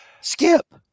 Skip